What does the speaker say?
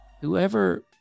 whoever